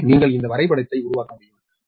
எனவே நீங்கள் இந்த வரைபடத்தை உருவாக்க முடியும்